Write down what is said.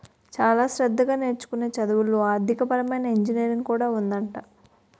చాలా శ్రద్ధగా నేర్చుకునే చదువుల్లో ఆర్థికపరమైన ఇంజనీరింగ్ కూడా ఉందట